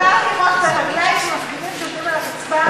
מותר להם לבעוט ברגליים של מפגינים שיושבים על הרצפה?